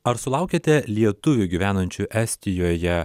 ar sulaukiate lietuvių gyvenančių estijoje